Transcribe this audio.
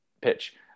pitch